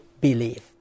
believe